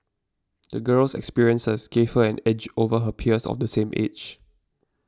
the girl's experiences gave her an edge over her peers of the same age